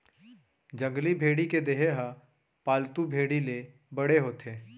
जंगली भेड़ी के देहे ह पालतू भेड़ी ले बड़े होथे